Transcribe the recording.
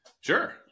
Sure